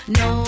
no